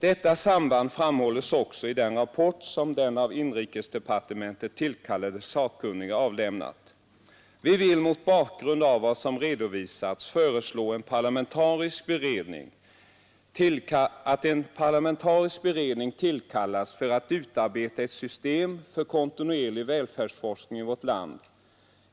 Detta samband framhålles också i den rapport som den av inrikesdepartementet tillkallade sakkunnige avlämnat. Vi vill mot bakgrund av vad som redovisats föreslå att en parlamentarisk beredning tillkallas för att utarbeta ett system för kontinuerlig välfärdsforskning i vårt land.